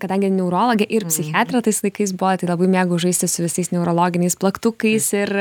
kadangi neurologė ir psichiatrė tais laikais buvo labai mėgau žaisti su visais neurologiniais plaktukais ir